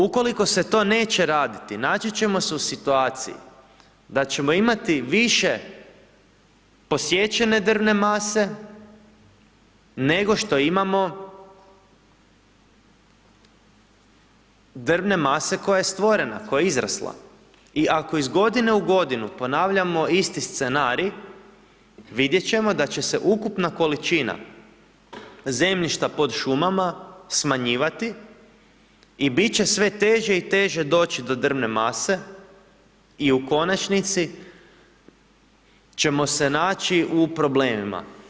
Ukoliko se to neće raditi naći ćemo se u situaciji da ćemo imati više posječene drvne mase, nego što imamo drvne mase koja je stvorena, koja je izrasla i ako iz godine u godinu ponavljamo isti scenarij vidjet ćemo da će se ukupna količina zemljišta pod šumama smanjivati i bit će sve teže i teže doći do drvne mase i u konačnici ćemo se naći u problemima.